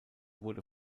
wurde